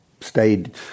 stayed